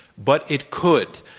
but it could.